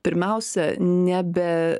pirmiausia nebe